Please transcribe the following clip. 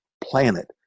planet